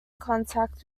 contact